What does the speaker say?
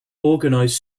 organized